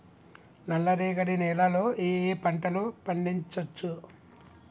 నల్లరేగడి నేల లో ఏ ఏ పంట లు పండించచ్చు?